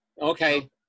Okay